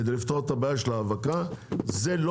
כדי לפתור את הבעיה של ההאבקה זה לא